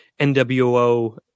NWO